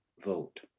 vote